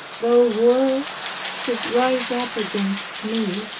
though war should rise up against me,